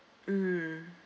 mm